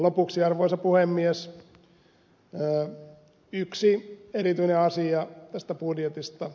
lopuksi arvoisa puhemies yksi erityinen asia tästä budjetista